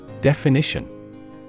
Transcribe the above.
Definition